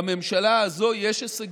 לממשלה הזאת יש הישגים.